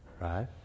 Right